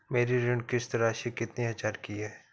मेरी ऋण किश्त राशि कितनी हजार की है?